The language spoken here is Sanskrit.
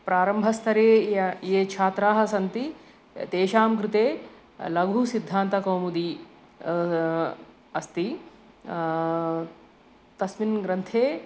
प्रारम्भस्तरे ये ये छात्राः सन्ति तेषां कृते लघुसिद्धान्तकौमुदी अस्ति तस्मिन् ग्रन्थे